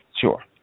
Sure